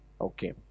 Okay